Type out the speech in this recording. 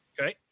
Okay